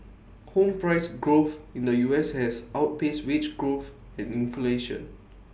home price growth in the U S has outpaced wage growth and inflation